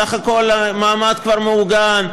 בסך הכול המעמד כבר מעוגן,